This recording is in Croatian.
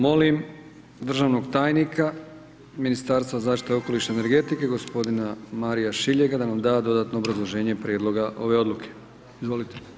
Molim državnog tajnika u Ministarstvu zaštite okoliša i energetike gospodina Marija Šiljega da nam da dodatno obrazloženje prijedloga ove odluke, izvolite.